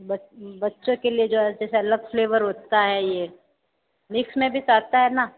बच्चों के लिए जो जैसे अलग फ्लेवर होता है ये मिक्स में भी तो आता है न